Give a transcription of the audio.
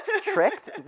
Tricked